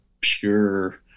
pure